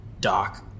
Doc